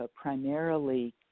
primarily